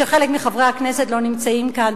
כשחלק מחברי הכנסת לא נמצאים כאן.